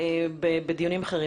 בדיונים אחרים.